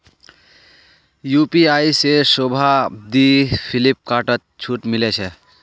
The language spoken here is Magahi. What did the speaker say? यू.पी.आई से शोभा दी फिलिपकार्टत छूट मिले छे